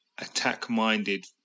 attack-minded